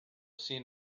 seen